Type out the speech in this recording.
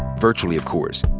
virtually of course,